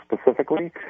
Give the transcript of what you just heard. specifically